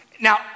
Now